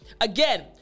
Again